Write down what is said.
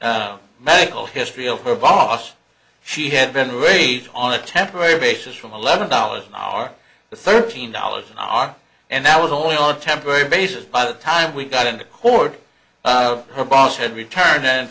the medical history of her boss she had been raped on a temporary basis from eleven dollars an hour to thirteen dollars an hour and that was all a temporary basis by the time we got into court her boss had returned